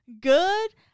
good